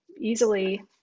easily